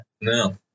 No